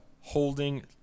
holding